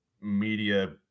media